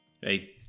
Hey